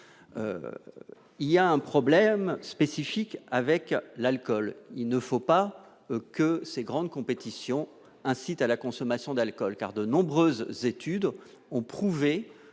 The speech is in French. il y a un problème spécifique avec l'alcool, il ne faut pas que ces grandes compétitions incite à la consommation d'alcool, car de nombreuses études ont prouvé